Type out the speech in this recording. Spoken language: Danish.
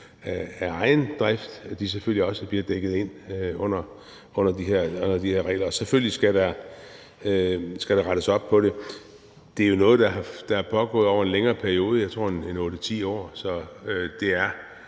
af egen drift, selvfølgelig også bliver dækket ind under de her regler. Selvfølgelig skal der rettes op på det. Det er jo noget, der har pågået over en længere periode, jeg tror, det er 8-10 år, så det er